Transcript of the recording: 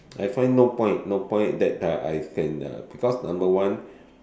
I find no point no point that uh I can uh because number one